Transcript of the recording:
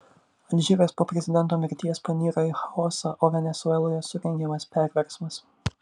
alžyras po prezidento mirties panyra į chaosą o venesueloje surengiamas perversmas